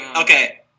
okay